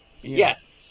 Yes